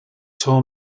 tour